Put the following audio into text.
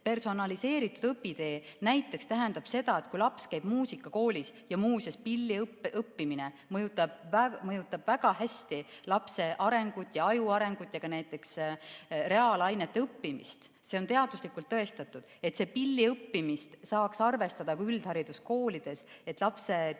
Personaliseeritud õpitee näiteks tähendab seda, et laps käib muusikakoolis. Ja muuseas, pilli õppimine mõjutab väga hästi lapse arengut ja aju arengut ja ka näiteks reaalainete õppimist. See on teaduslikult tõestatud. Seda pilli õppimist saaks arvestada ka üldhariduskoolides, et lapse